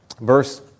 verse